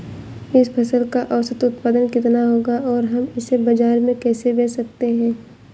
इस फसल का औसत उत्पादन कितना होगा और हम इसे बाजार में कैसे बेच सकते हैं?